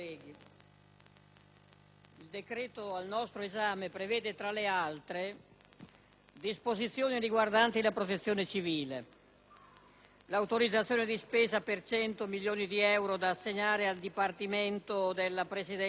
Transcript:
il decreto al nostro esame prevede, tra le altre, disposizioni riguardanti la Protezione civile, l'autorizzazione di spesa per 100 milioni di euro da assegnare al Dipartimento della Presidenza del Consiglio